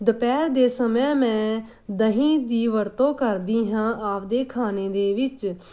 ਦੁਪਹਿਰ ਦੇ ਸਮੇਂ ਮੈਂ ਦਹੀਂ ਦੀ ਵਰਤੋਂ ਕਰਦੀ ਹਾਂ ਆਪਦੇ ਖਾਣੇ ਦੇ ਵਿੱਚ